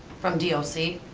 from d o c?